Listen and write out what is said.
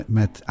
met